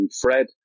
Fred